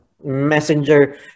messenger